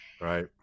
right